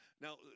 Now